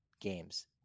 games